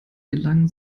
gelangen